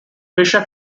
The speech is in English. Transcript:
fischer